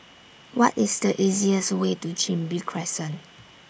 What IS The easiest Way to Chin Bee Crescent